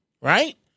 right